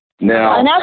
Now